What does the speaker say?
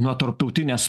nuo tarptautinės